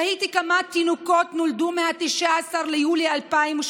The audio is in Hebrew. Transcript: תהיתי כמה תינוקות נולדו מ-19 ביולי 2018